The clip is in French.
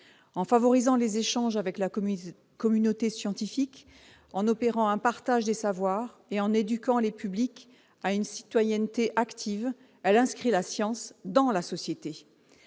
En favorisant les échanges avec la communauté scientifique, en opérant un partage des savoirs et en éduquant les publics à une citoyenneté active, elle inscrit la science dans la société.